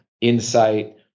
insight